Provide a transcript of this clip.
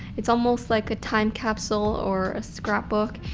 it's almost like a time capsule or a scrapbook.